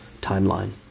timeline